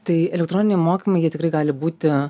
tai elektroniniai mokymai jie tikrai gali būti